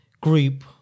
group